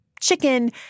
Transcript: chicken